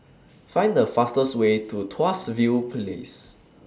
Find The fastest Way to Tuas View Place